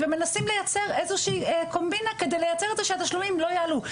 מנסים לייצר איזו שהיא קומבינה כדי שהתשלומים לא יעלו,